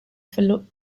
for